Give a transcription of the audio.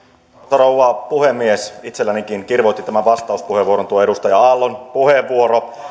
rouva puhemies itsellänikin kirvoitti tämän vastauspuheenvuoron tuo edustaja aallon puheenvuoro